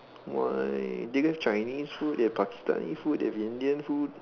why do they have Chinese food they have Pakistani food they have Indian food